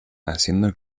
haciendo